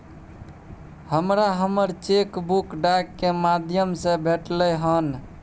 हमरा हमर cheque book डाक के माध्यम से भेटलय हन